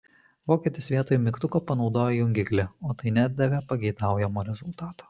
vokietis vietoj mygtuko panaudojo jungiklį o tai nedavė pageidaujamo rezultato